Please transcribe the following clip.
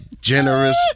generous